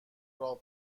راه